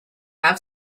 have